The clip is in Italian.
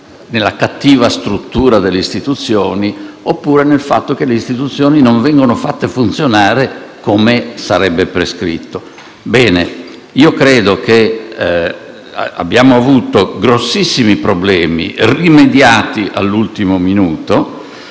nella cattiva struttura delle istituzioni oppure nel fatto che le istituzioni non vengono fatte funzionare come sarebbe prescritto. Bene. Io credo che abbiamo avuto grandissimi problemi, rimediati all'ultimo minuto